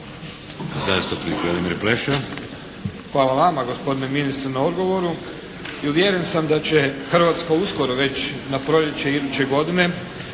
Hvala vama gospodine ministre na odgovoru.